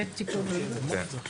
זה התיקון הראשון, בסדר.